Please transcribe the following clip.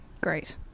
Great